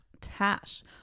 tash